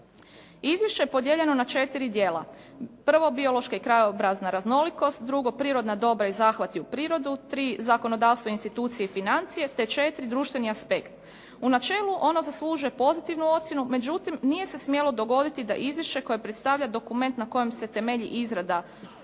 Izvješće je podijeljeno na 4 djela: 1. biološka i krajobrazna raznolikost, 2. prirodna dobra i zahvati u prirodu, 3. zakonodavstvo, institucije i financije te 4. društveni apsekt. U načelu ono zaslužuje pozitivnu ocjenu međutim nije se smjelo dogoditi da izvješće koje predstavlja dokument na kojem se temelji izrada